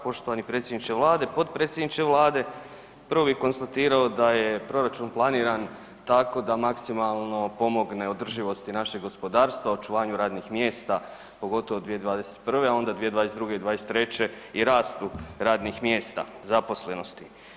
Poštovani predsjedniče Vlade, potpredsjedniče Vlade prvo bi konstatirao da je proračun planiran tako da maksimalno pomogne održivosti našeg gospodarstva, očuvanju radnih mjesta pogotovo 2021. onda 2022. i '23. i rastu radnih mjesta, zaposlenosti.